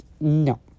no